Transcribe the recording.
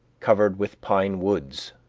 covered with pine woods,